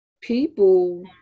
people